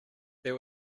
there